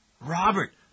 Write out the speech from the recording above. Robert